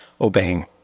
obeying